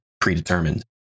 predetermined